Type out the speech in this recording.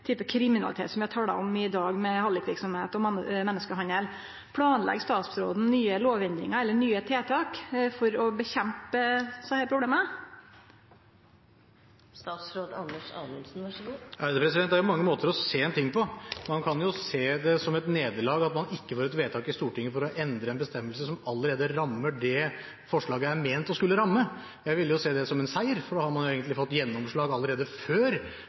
kriminalitet som vi har talt om i dag, med hallikverksemd og menneskehandel. Planlegg statsråden nye lovendringar eller nye tiltak for å kjempe mot desse problema? Det er mange måter å se en ting på. Man kan se det som et nederlag at man ikke får et vedtak i Stortinget for å endre en bestemmelse som allerede rammer det som forslaget er ment å skulle ramme. Jeg ville jo se det som en seier, for da har man jo egentlig fått gjennomslag allerede før